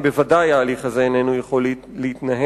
ודאי שההליך הזה איננו יכול להתנהל.